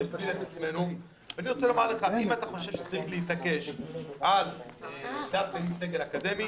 אם אתה חושב שצריך להתעקש דווקא על איש סגל אקדמי,